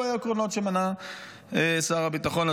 אלו היו העקרונות שמנה שר הביטחון,